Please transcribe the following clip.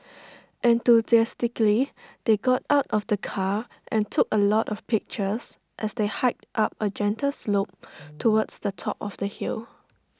enthusiastically they got out of the car and took A lot of pictures as they hiked up A gentle slope towards the top of the hill